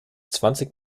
zwanzig